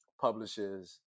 publishes